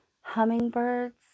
hummingbirds